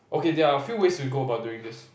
okay there are a few ways to go about doing this